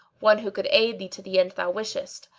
one who could aid thee to the end thou wishest.